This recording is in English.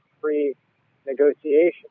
pre-negotiation